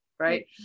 right